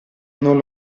non